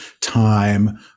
time